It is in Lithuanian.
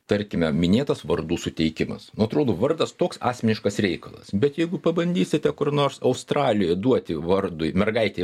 tarkime minėtas vardų suteikimas nu atrodo vardas toks asmeniškas reikalas bet jeigu pabandysite kur nors australijoj duoti vardui mergaitei